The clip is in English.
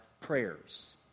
prayers